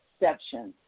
exceptions